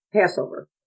Passover